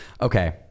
okay